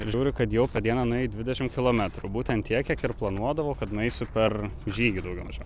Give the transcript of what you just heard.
ir žiūri kad jau per dieną nuėjai dvidešim kilometrų būtent tiek kiek ir planuodavau kad nueisiu per žygį daugiau mažiau